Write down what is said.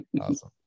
Awesome